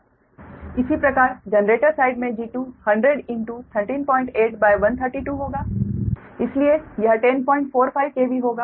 इसी प्रकार generator side में G2 100138 132 होगा इसलिए यह 1045 KV होगा